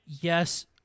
yes